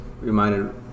reminded